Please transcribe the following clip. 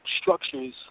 structures